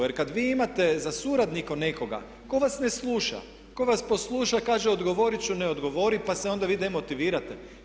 Jer kada vi imate za suradnika nekoga tko vas ne sluša, tko vas posluša i kaže odgovoriti ću i ne odgovori pa se onda vi demotivirate.